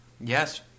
Yes